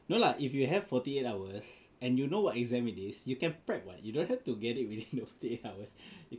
no lah if you have forty eight hours and you know what exam it is you can prep what you don't have to get it within the forty eight hours